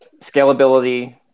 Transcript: scalability